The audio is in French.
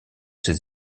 ces